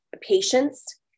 patience